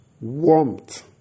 warmth